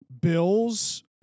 bills